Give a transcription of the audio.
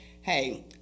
hey